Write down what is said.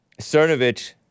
Cernovich